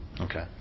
Okay